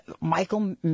Michael